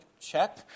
check